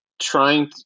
trying